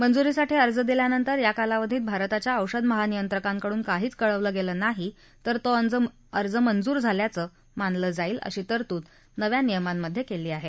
मंजुरीसाठी अर्ज दिल्यानंतर या कालावधीत भारताच्या औषध महानियंत्रकांकडून काहीच कळवलं गेलं नाही तर तो अर्ज मंजूर झाल्याचं मानलं जाईल अशी तरतूद नव्या नियमांमधे केली आहे